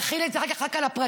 תחיל את זה אחר כך רק על הפרטיים,